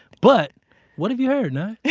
but what have you heard nyge?